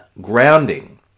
grounding